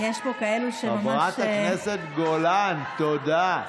יש פה כאלה שממש, חברת הכנסת גולן, תודה.